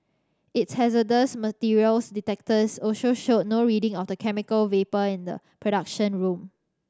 its hazardous materials detectors also showed no reading of the chemical vapour in the production room